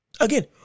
Again